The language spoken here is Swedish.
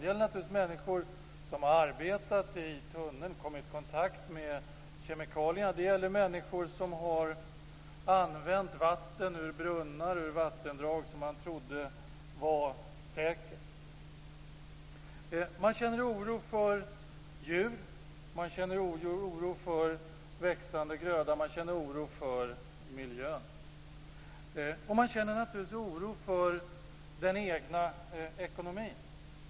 Det gäller naturligtvis människor som har arbetat i tunneln och kommit i kontakt med kemikalierna, och det gäller människor som har använt vatten ur brunnar och vattendrag som man trodde var säkra. Man känner oro för djur, man känner oro för växande gröda, och man känner oro för miljön. Man känner naturligtvis oro för den egna ekonomin.